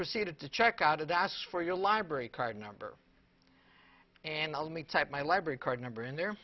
proceeded to check out it asks for your library card number and allow me to type my library card number in there